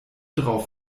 drauf